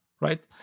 right